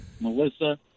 Melissa